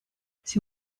sie